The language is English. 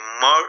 more